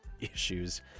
issues